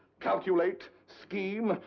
calculate? scheme?